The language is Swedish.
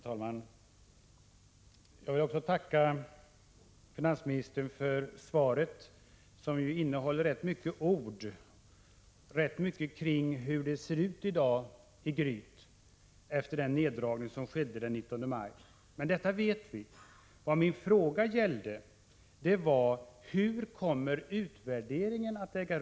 Herr talman! Jag får tacka finansministern för svaret, som ju innehåller rätt många ord kring hur det ser ut i dag i Gryt efter den neddragning som skedde den 19 maj. Men detta vet vi. Vad min fråga gällde var: Hur kommer utvärderingen att ske?